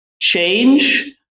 change